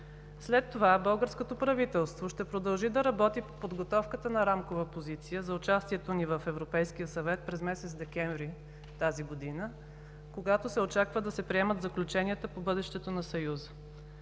След това българското правителство ще продължи да работи по подготовката на Рамкова позиция за участието ни в Европейския съвет през месец декември тази година, когато се очаква да се приемат заключенията по бъдещето на Съюза.